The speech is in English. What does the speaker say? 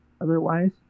Otherwise